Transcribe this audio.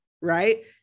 Right